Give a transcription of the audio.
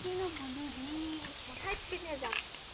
কি নো মানুহে